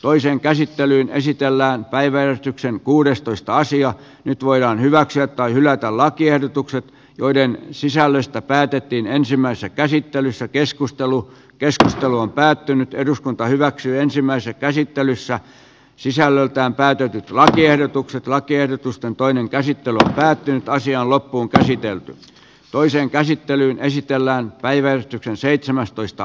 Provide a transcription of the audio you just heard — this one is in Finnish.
toiseen käsittelyyn esitellään päivetyksen kuudestoista sija nyt voidaan hyväksyä tai hylätä lakiehdotukset joiden sisällöstä päätettiin ensimmäisessä käsittelyssä keskustelu keskustelu on päättynyt eduskunta hyväksyi ensimmäisen käsittelyssä sisällöltään täytyy nyt lakiehdotukset lakiehdotusta toinen käsittely päättyi karsia loppuunkäsitelty toiseen käsittelyyn esitellään päiväystyksen seitsemäs toista